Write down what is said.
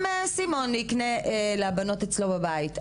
גם סימון יקנה לבנות אצלו בבית.